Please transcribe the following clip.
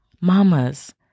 mamas